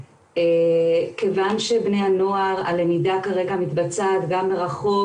כיוון שהלמידה כרגע מתבצעת גם מרחוק,